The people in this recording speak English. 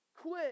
quit